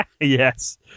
yes